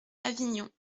avignon